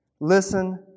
Listen